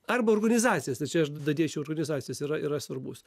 arba organizacijas tai čia aš dadėčiau organizacijas yra yra svarbus